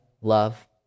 love